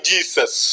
Jesus